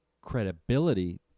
credibility